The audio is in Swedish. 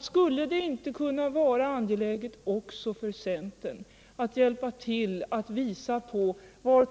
Skulle det inte kunna vara angeläget också för centern att hjälpa till att visa på var